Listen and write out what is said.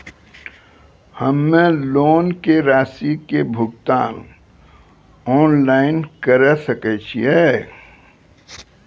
हम्मे लोन के रासि के भुगतान ऑनलाइन करे सकय छियै?